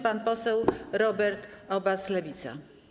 Pan poseł Robert Obaz, Lewica.